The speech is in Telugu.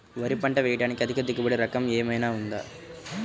వరి పంట వేయటానికి అధిక దిగుబడి రకం ఏమయినా ఉందా?